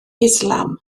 islam